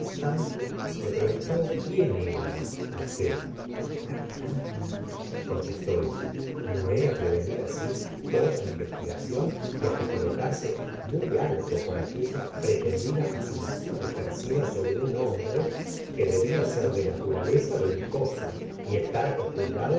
le preguntó qu era aquel capitán de navío contestó ella no era prevenir asi toda investigación y hasta colocarse muy alto por aquella pretendida fascinación ejercida sobre un hombre que debía ser de naturaleza belicosa y estar acostumbrado